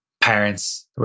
parents